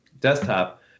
desktop